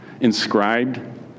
inscribed